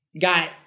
got